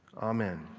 amen.